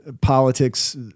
politics